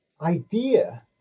idea